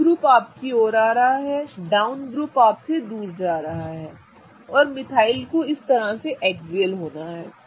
up group आपकी ओर आ रहा है डाउन ग्रुप आपसे दूर जा रहा है और मिथाइल को इस तरह से एक्सियल होना है ठीक है